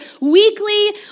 weekly